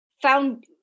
Found